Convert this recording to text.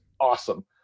awesome